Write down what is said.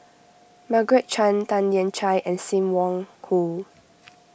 Margaret Chan Tan Lian Chye and Sim Wong Hoo